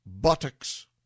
buttocks